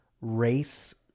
race